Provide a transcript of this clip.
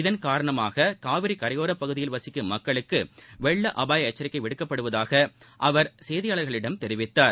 இதன்காரணமாக காவிரி கரையோரப் பகுதியில் வசிக்கும் மக்களுக்கு வெள்ள அபாய எச்சரிக்கை விடுக்கப்படுவதாக அவர் செய்தியாளர்களிடம் தெரிவித்தார்